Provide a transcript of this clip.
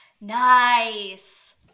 nice